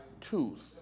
tooth